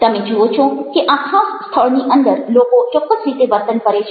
તમે જુઓ છો કે આ ખાસ સ્થળની અંદર લોકો ચોક્કસ રીતે વર્તન કરે છે